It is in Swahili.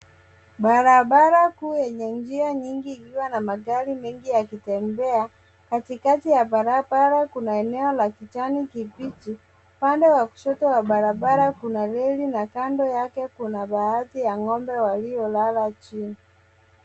Barabara kuu yenye njia nyingi ikiwa na magari mengi yakitembea katikati ya barabara kuna eneo la kijani kibichi. Upande wa kushoto wa barabara kuna reli na kando yake kuna baadhi ya ng'ombe waliolala chini.